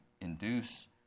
induce